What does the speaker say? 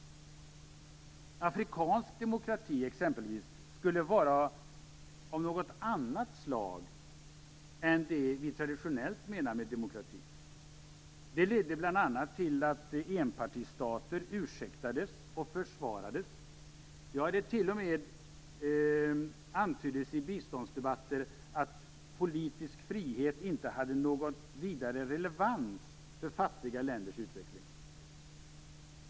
Afrikansk demokrati exempelvis skulle vara av något annat slag än det vi traditionellt menar med demokrati. Det ledde bl.a. till att enpartistater ursäktades och försvarades. Ja, det t.o.m. antyddes i biståndsdebatter att politisk frihet inte hade någon vidare relevans för fattiga länders utveckling.